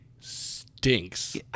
stinks